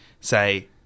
say